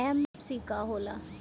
MFC का हो़ला?